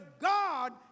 God